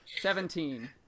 Seventeen